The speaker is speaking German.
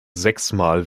sechsmal